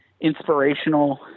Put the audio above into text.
inspirational